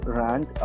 rank